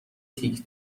تیک